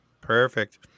Perfect